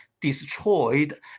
destroyed